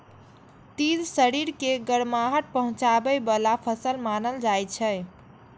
तिल शरीर के गरमाहट पहुंचाबै बला फसल मानल जाइ छै